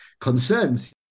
concerns